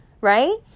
right